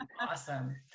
awesome